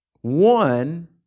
one